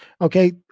okay